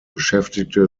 beschäftigte